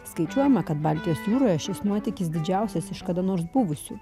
skaičiuojama kad baltijos jūroje šis nuotykis didžiausias iš kada nors buvusių